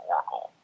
Oracle